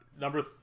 number